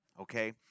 okay